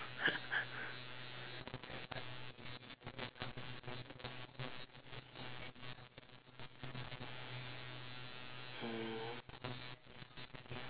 mm